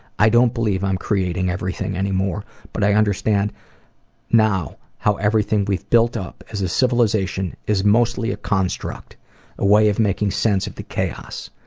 i don't believe i'm creating everything anymore, but i understand now how everything we've built up, as a civilization, is mostly a constructive ah way of making sense of the chaos.